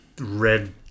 Red